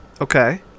okay